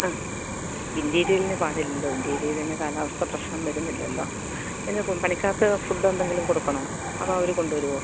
ആ ഇൻറ്റീരിയലിന് പാടില്ലലോ ഇൻറ്റീരിയറിന് കാലാവസ്ഥ പ്രശ്നം വരുന്നില്ലല്ലോ പിന്നെ കും പണിക്കാർക്ക് ഫുഡോ എന്തെങ്കിലും കൊടുക്കണോ അതോ അവർ കൊണ്ട് വരുമോ